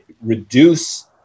reduce